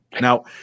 Now